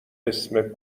اسم